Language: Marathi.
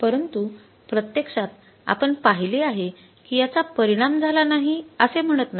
परंतु प्रत्यक्षात आपण पाहिले आहे की याचा परिणाम झाला नाही असे म्हणत नाही